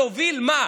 להוביל מה?